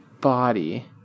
body